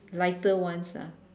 lighter ones lah